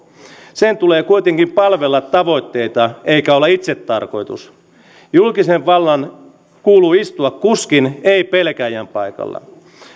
sen tulee kuitenkin palvella tavoitteita eikä olla itsetarkoitus julkisen vallan kuuluu istua kuskin ei pelkääjän paikalla